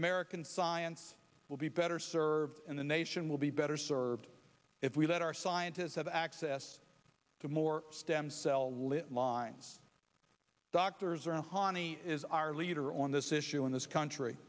american science will be better served in the nation will be better served if we let our scientists have access to more stem cell live lines doctors are honea is our leader on this issue in this country